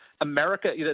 America –